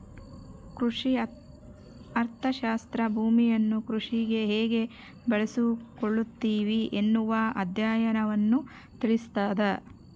ಕೃಷಿ ಅರ್ಥಶಾಸ್ತ್ರ ಭೂಮಿಯನ್ನು ಕೃಷಿಗೆ ಹೇಗೆ ಬಳಸಿಕೊಳ್ಳುತ್ತಿವಿ ಎನ್ನುವ ಅಧ್ಯಯನವನ್ನು ತಿಳಿಸ್ತಾದ